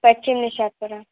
Paschim Nishatpura